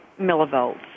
millivolts